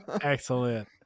Excellent